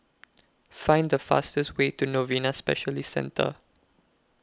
Find The fastest Way to Novena Specialist Centre